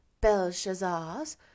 Belshazzar's